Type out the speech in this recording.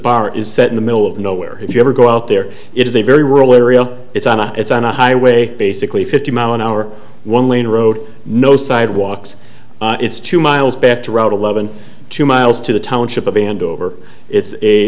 bar is set in the middle of nowhere if you ever go out there it is a very rural area it's on a it's on a highway basically fifty mile an hour one lane road no sidewalks it's two miles back to route eleven two miles to the township a band over it's a